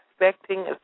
expecting